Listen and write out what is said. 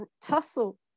tussle